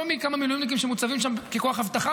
לא מכמה מילואימניקים שבכלל מוצבים שם ככוח אבטחה,